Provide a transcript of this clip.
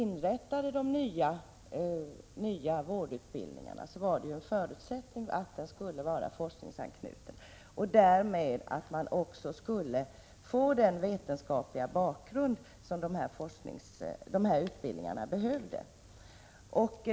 När de nya vårdutbildningarna inrättades var en förutsättning att de skulle vara forskningsanknutna, så att de därmed skulle få den vetenskapliga bakgrund som de behövde.